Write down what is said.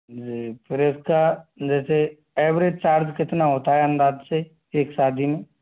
जी फिर इसका जैसे ऐवरेज चार्ज कितना होता है अंदाज से एक शादी में